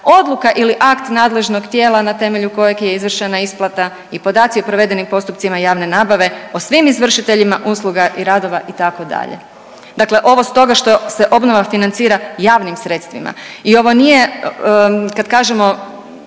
odluka ili akt nadležnog tijela na temelju kojeg je izvršena isplata i podaci o provedenim postupcima javne nabave, o svim izvršiteljima usluga i radova itd., dakle ovo stoga što se obnova financira javnim sredstvima i ovo nije, kad kažemo